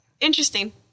interesting